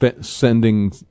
sending